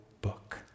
book